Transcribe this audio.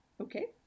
Okay